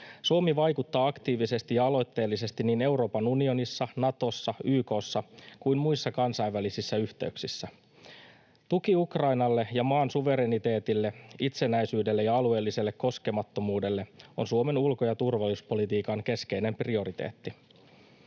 Suomi vaikuttaa aktiivisesti ja aloitteellisesti niin Euroopan unionissa, Natossa, YK:ssa kuin muissa kansainvälisissä yhteyksissä. Tuki Ukrainalle ja maan suvereniteetille, itsenäisyydelle ja alueelliselle koskemattomuudelle on Suomen ulko- ja turvallisuuspolitiikan keskeinen prioriteetti.